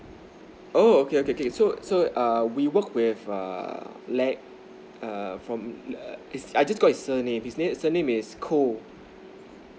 oh okay okay okay so so err we work with err from err I just got his surname his name surname is koh